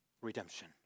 redemption